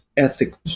ethics